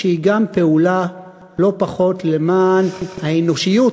שהיא גם פעולה לא פחות למען האנושיות